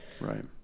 Right